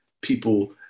people